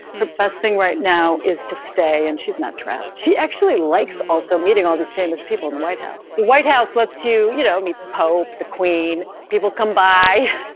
the best thing right now is to stay. and she's not trapped. she actually likes also meeting all these famous people in the white house, the white house. let's, you you know, meet the pope, the queen. people come by.